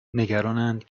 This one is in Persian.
نگرانند